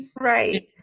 Right